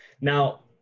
now